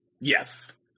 Yes